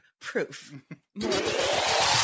Proof